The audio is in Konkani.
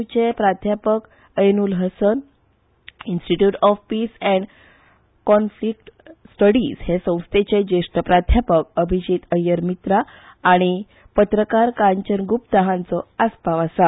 यु चे प्राध्यापक Ainul Hasan institute of peace and conflict studies हे संस्थेचे ज्येष्ठ प्राध्यापक अभिजित ऐय्यर मित्रा आनी पत्रकार कांचन गुप्ता हांचो आस्पाव आसा